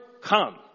come